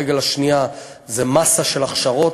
הרגל השנייה זה מאסה של הכשרות.